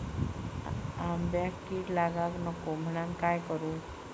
आंब्यक कीड लागाक नको म्हनान काय करू?